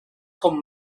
con